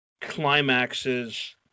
climaxes